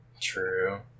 true